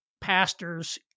pastors